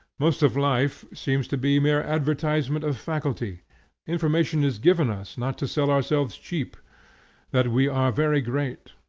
most of life seems to be mere advertisement of faculty information is given us not to sell ourselves cheap that we are very great.